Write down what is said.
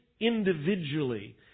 individually